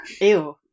Ew